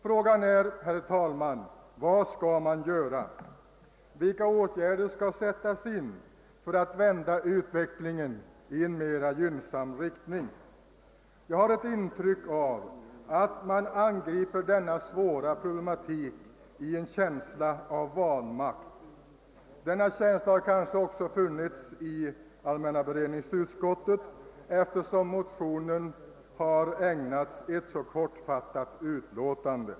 Frågan är, herr talman: Vad skall man göra? Vilka åtgärder skall sättas in för att vända utvecklingen i en mera gynnsam riktning? Jag har ett intryck av att man angriper denna svåra problematik i en känsla av vanmakt. Denna känsla har kanske också funnits i allmänna beredningsutskottet, eftersom motionen ägnats ett så kortfattat utlåtande.